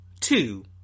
two